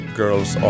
girl's